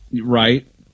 right